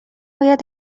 باید